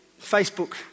Facebook